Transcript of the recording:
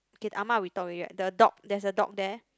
okay the ah ma we talked already right the dog there is a dog there